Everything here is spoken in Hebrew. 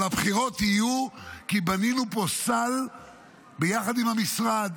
אבל הבחירות יהיו, כי בנינו פה סל ביחד עם המשרד,